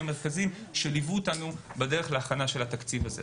מרכזיים שליוו אותנו בדרך להכנה של התקציב הזה.